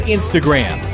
Instagram